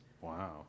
wow